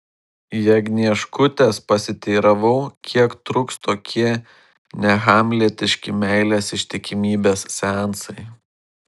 jagnieškutės pasiteiravau kiek truks tokie nehamletiški meilės ištikimybės seansai